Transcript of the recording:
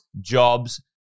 jobs